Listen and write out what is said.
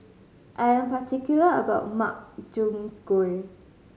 I'm particular about Makchang Gui